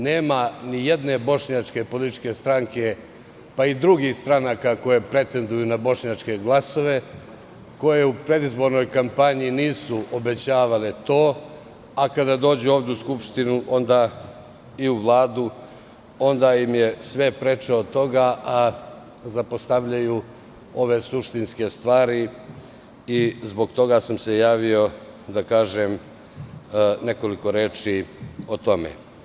Nema nijedne bošnjačke političke stranke, pa i drugih stranaka, koje pretenduju na bošnjačke glasove, koje u predizbornoj kampanji nisu obećavale to, a kada dođu ovde u Skupštinu i u Vladu, onda im je sve preče od toga, zapostavljaju ove suštinske stvari i zbog toga sam se javio da kažem nekoliko reči o tome.